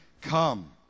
come